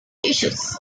issues